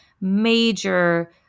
major